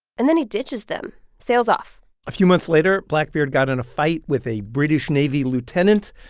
and then he ditches them sails off a few months later, blackbeard got in a fight with a british navy lieutenant.